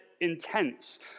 intense